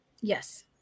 Yes